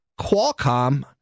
Qualcomm